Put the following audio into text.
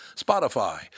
Spotify